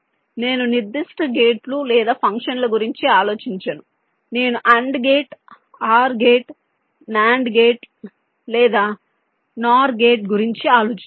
నేను నిర్దిష్ట గేట్లు లేదా ఫంక్షన్ల గురించి ఆలోచించను నేను AND gate OR gate NAND gate లేదా NOR గేట్ గురించి ఆలోచించను